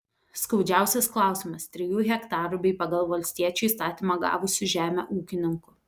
skaudžiausias klausimas trijų hektarų bei pagal valstiečių įstatymą gavusių žemę ūkininkų